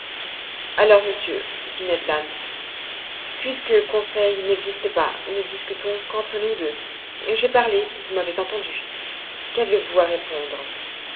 alors monsieur dit ned land puisque conseil n'existe pas ne discutons qu'entre nous deux j'ai parlé vous m'avez entendu qu'avez-vous à répondre